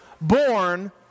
born